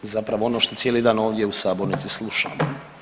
Zapravo ono što cijeli dan ovdje u sabornici slušamo.